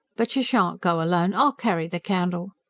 but you shan't go alone. i'll carry the candle.